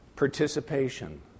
participation